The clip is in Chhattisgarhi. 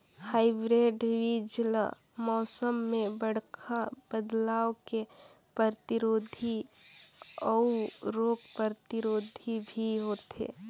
हाइब्रिड बीज ल मौसम में बड़खा बदलाव के प्रतिरोधी अऊ रोग प्रतिरोधी भी होथे